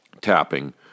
tapping